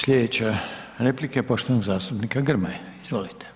Slijedeća replika je poštovanog zastupnika Grmoje, izvolite.